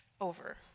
over